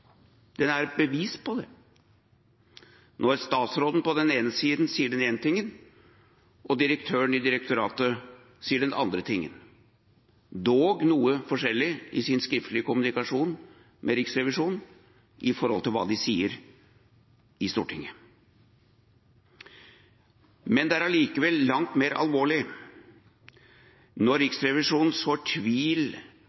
den påpeker at dialog og kommunikasjon mellom departement og direktorat ikke er god nok. Det er et bevis på det når statsråden sier én ting og direktøren i direktoratet sier en annen ting, dog noe forskjellig i sine skriftlige kommunikasjoner med Riksrevisjonen i forhold til hva de sier i Stortinget. Det som likevel er langt mer alvorlig, er at når Riksrevisjonen sår